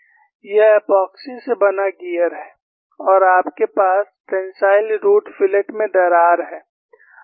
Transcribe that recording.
यह एपॉक्सी से बना गियर है और आपके पास टेंसाइल रूट फिलेट में दरार है